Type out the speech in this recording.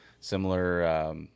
similar –